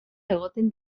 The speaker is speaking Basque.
egoten